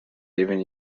even